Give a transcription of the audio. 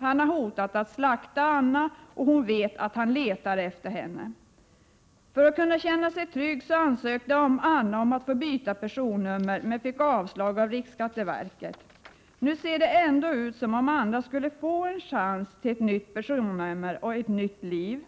Han har hotat att ”slakta” Anna och hon vet att han letar efter henne. För att kunna känna sig trygg ansökte Anna om att få byta personnummer — men fick avslag av riksskatteverket, RSV. Nu ser det ändå ut som om Anna skulle få en chans till ett nytt personnummer — och ett nytt liv.